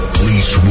please